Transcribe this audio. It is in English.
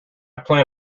plan